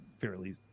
fairly